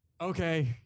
Okay